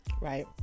right